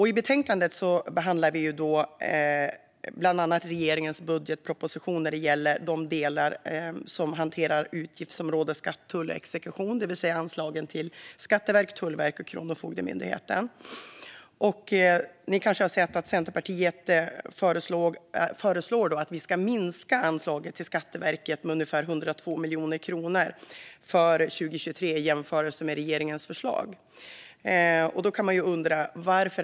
I betänkandet behandlar vi bland annat regeringens budgetproposition när det gäller de delar som hanterar utgiftsområdet Skatt, tull och exekution, det vill säga anslagen till Skatteverket, Tullverket och Kronofogdemyndigheten. Ni kanske har sett att Centerpartiet föreslår att vi ska minska anslaget till Skatteverket med ungefär 102 miljoner kronor för 2023 i jämförelse med regeringens förslag. Varför är det så?